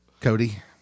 cody